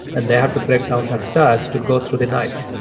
and they have to break down that starch to go through the night.